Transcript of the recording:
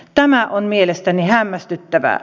tämä on mielestäni hämmästyttävää